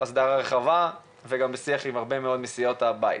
הסיפור הוא הסדרה רחבה ובשיח עם הרבה מסיעות הבית.